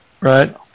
right